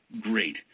great